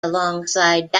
alongside